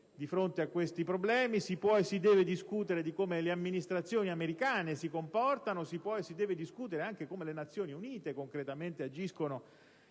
di fronte a tali problemi; si può e si deve discutere di come le amministrazioni americane si comportano, ed anche di come le Nazioni Unite concretamente agiscono,